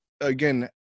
again